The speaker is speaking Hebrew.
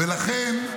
ולכן,